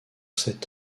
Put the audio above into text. sept